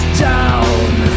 down